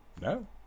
No